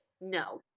No